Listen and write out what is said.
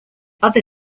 other